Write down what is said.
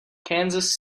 kansas